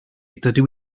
dydw